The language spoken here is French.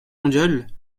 mondiale